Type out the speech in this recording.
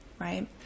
right